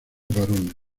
varones